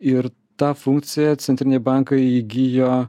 ir tą funkciją centriniai bankai įgijo